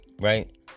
right